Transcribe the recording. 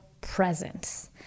presence